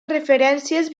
referències